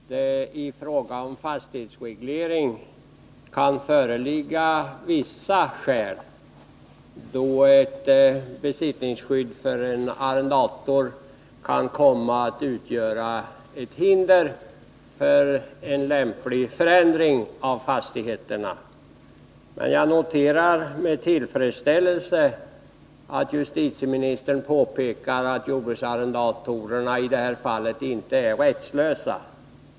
Herr talman! Jag är medveten om att det i fråga om fastighetsreglering kan föreligga vissa situationer då besittningsskydd för en arrendator kan komma att utgöra ett hinder för en lämplig förändring av en fastighet. Men jag noterar med tillfredsställelse att justitieministern påpekar att jordbruksarrendatorerna inte är rättslösa.